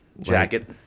Jacket